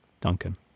Duncan